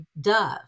dove